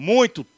Muito